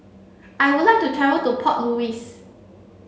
I would like to travel to Port Louis